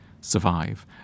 survive